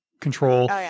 control